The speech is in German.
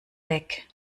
weg